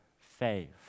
faith